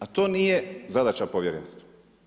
A to nije zadaća povjerenstva.